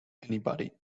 anybody